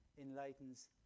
enlightens